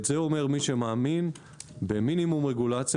את זה אומר מי שמאמין במינימום רגולציה,